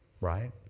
Right